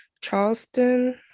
Charleston